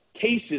cases